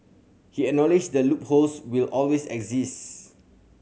he acknowledged that loopholes will always exist